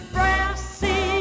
Brassy